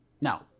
Now